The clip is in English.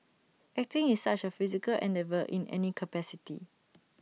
acting is such A physical endeavour in any capacity